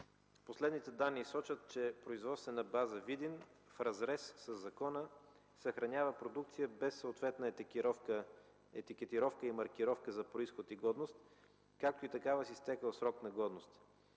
Последните данни сочат, че производствена база Видин в разрез със закона съхранява продукция, без съответна етикетировка и маркировка за произход и годност, както и такава с изтекъл срок на годност.